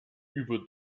über